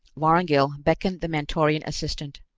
vorongil beckoned the mentorian assistant.